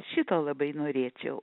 šito labai norėčiau